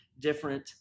different